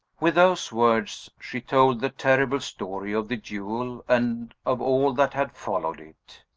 with those words, she told the terrible story of the duel, and of all that had followed it.